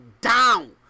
down